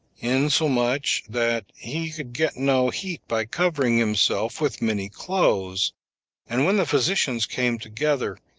insomuch that he could get no heat by covering himself with many clothes and when the physicians came together,